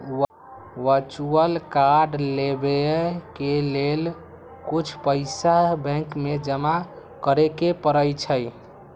virtual card लेबेय के लेल कुछ पइसा बैंक में जमा करेके परै छै